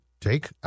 take